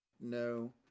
no